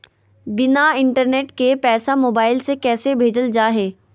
बिना इंटरनेट के पैसा मोबाइल से कैसे भेजल जा है?